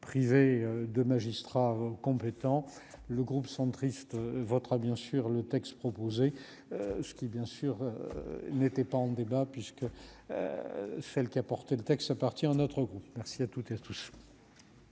priver de magistrats compétents le groupe centriste votera bien sûr le texte proposé, ce qui bien sûr n'était pas en débat puisque celle qui a porté le texte parti en notre groupe, merci à toutes et tous.